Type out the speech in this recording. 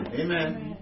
amen